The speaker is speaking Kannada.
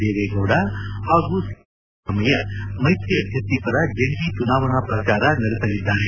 ದೇವೇಗೌಡ ಹಾಗೂ ಸಿಎಲ್ಪಿ ನಾಯಕ ಸಿದ್ದರಾಮಯ್ಯ ಮೈತ್ರಿ ಅಭ್ವರ್ಥಿ ಪರ ಜಂಟಿ ಚುನಾವಣಾ ಪ್ರಚಾರ ನಡೆಸಲಿದ್ದಾರೆ